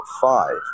five